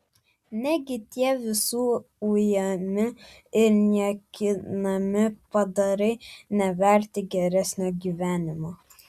negi tie visų ujami ir niekinami padarai neverti geresnio gyvenimo